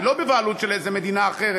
היא לא בבעלות של איזה מדינה אחרת,